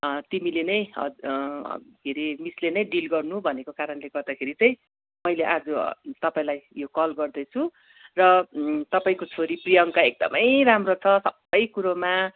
तिमीले नै हद के हरे मिसले नै डिल गर्नु भनेको कारणले गर्दाखेरि चाहिँ मैले आज तपाईँलाई यो कल गर्दैछु र तपाईँको छोरी प्रियङ्का एकदमै राम्रो छ सबै कुरोमा